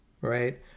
right